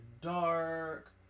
Dark